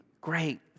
great